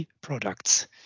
products